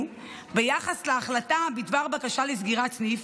ביחס להחלטה בדבר בקשה לסגירת סניף,